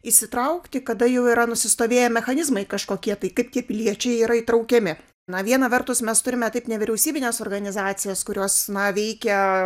įsitraukti kada jau yra nusistovėję mechanizmai kažkokie tai kaip tie piliečiai yra įtraukiami na viena vertus mes turime taip nevyriausybines organizacijas kurios na veikia